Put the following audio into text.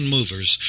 Movers